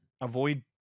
Avoid